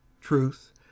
truth